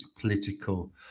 political